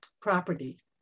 property